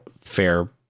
fair